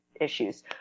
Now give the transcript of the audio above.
issues